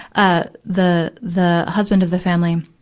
ah, the, the husband of the family,